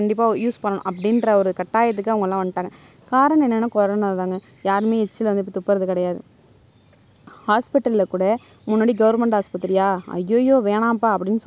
English medium private ஸ்கூலுக்கும் தமிழ் மீடியத்துக்கும் பார்த்துக்கிட்டிங்கன்னா ப்ரைவேட் ஸ்கூலில் படிக்கிறவங்க வந்து அதிகமான நாலேஜ்ஜி நல்லா கல்வி அறிவு பெறுறான் எதோடு கம்பேர் பண்ணும் போதுன்னா